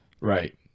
Right